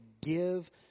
give